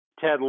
Ted